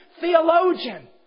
theologian